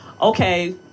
Okay